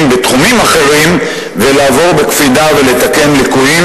בתחומים אחרים ולעבור בקפידה ולתקן ליקויים.